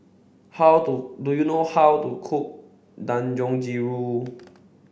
how to do you know how to cook Dangojiru